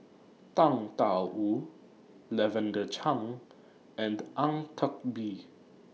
Tang DA Wu Lavender Chang and Ang Teck Bee